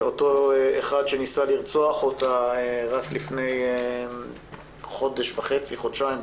אותו אחד שניסה לרצוח אותה רק לפני חודש וחצי-חודשיים,